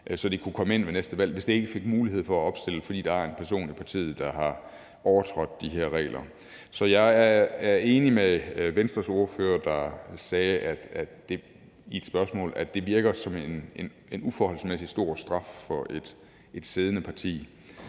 at det kunne komme ind ved næste valg, ikke fik mulighed for at opstille, fordi der er en person i partiet, der har overtrådt de her regler. Så jeg er enig med Venstres ordfører, der i et spørgsmål sagde, at det virker som en uforholdsmæssigt stor straf for et siddende parti,